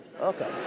okay